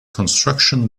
construction